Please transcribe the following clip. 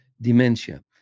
dementia